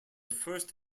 first